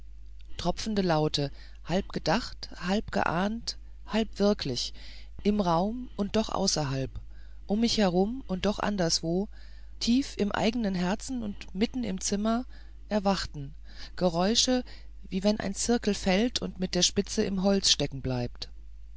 tropfende laute halb gedacht geahnt halb wirklich im raum und doch außerhalb um mich herum und doch anderswo tief im eigenen herzen und wieder mitten im zimmer erwachten geräusche wie wenn ein zirkel fällt und mit der spitze im holz stecken bleibt